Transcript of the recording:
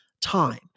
time